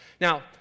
Now